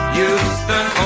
Houston